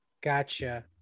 Gotcha